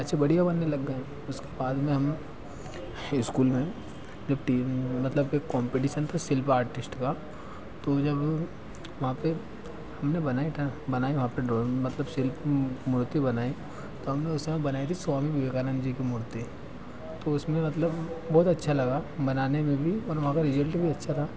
ऐसे बढ़िया बनने लग गए इसके बाद में हम इस्कूल में जब टी मतलब एक कोम्पडीसन था शिल्प आर्टिस्ट का तो जब वहाँ पर हमने बनाई था बनाई वहाँ पर ड्रोइंग मतलब शिल्प मुर्ति बनाई तो हमने उस समय बनाई थी स्वामी विवेकानंद जी की मुर्ति तो उसमें मतलब बहुत अच्छा लगा बनाने मिली और वहाँ का रिजल्ट भी अच्छा था